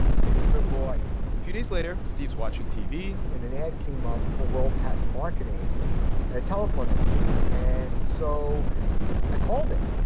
he's a good boy a few days later, steve's watching tv and an ad came up for world patent marketing and a telephone number. and so i called it.